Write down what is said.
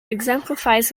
exemplifies